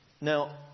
Now